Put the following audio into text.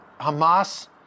Hamas